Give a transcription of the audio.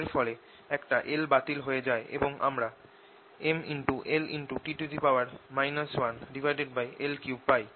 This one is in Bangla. এর ফলে একটা L বাতিল হয়ে যায় এবং আমরা MLT 1L3 পাই